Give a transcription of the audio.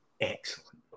Excellent